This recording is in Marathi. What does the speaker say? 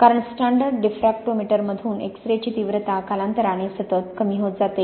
कारण स्टँडर्ड डिफ्रॅक्टोमीटरमधून एक्स रेची तीव्रता कालांतराने सतत कमी होत जाते